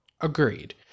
Agreed